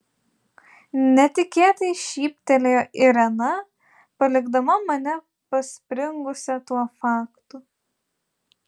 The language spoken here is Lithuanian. netikėtai šyptelėjo irena palikdama mane paspringusią tuo faktu